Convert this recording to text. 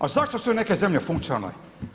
A zašto su neke zemlje funkcionalne?